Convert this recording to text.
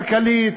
כלכלית,